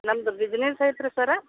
ನಮ್ಮದು ಬಿಸ್ನೆಸ್ ಐತ್ರಿ ಸರ್ರ